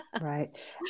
Right